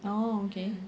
oh okay